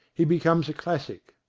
he becomes a classic.